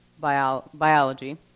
biology